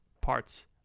parts